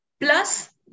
Plus